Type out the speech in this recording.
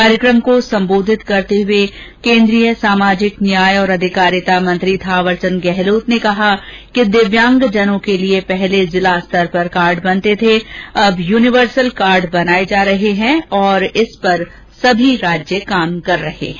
कार्यक्रम को संबोधित करते हुए केंद्रीय सामाजिक न्याय और अधिकारिता मंत्री थावर चंद गहलोत ने कहा कि दिव्यांगजनों के लिए पहले जिला स्तर पर कार्ड बनते थे अब यूनिवर्सल कार्ड बनाये जा रहे हैं और इस पर सभी राज्य काम कर रहे हैं